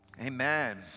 Amen